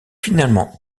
finalement